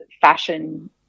fashion